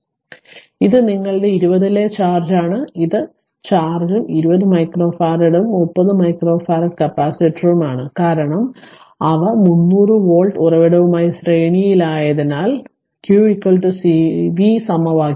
അതിനാൽ ഇത് നിങ്ങളുടെ 20 ലെ ചാർജാണ് ഇത് ചാർജും 20 മൈക്രോഫാരഡും 30 മൈക്രോഫറാഡ് കപ്പാസിറ്ററുമാണ് കാരണം അവ 300 വോൾട്ട് ഉറവിടവുമായി ശ്രേണിയിലായതിനാൽ q cv സമവാക്യം